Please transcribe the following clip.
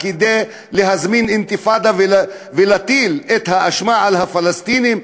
כדי להזמין אינתיפאדה ולהטיל את האשמה על הפלסטינים.